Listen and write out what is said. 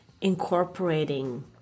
incorporating